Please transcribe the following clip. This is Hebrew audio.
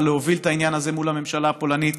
להוביל את העניין הזה מול הממשלה הפולנית,